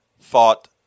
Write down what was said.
thought